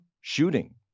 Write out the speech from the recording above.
shooting